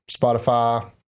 Spotify